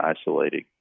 isolated